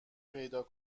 پیدا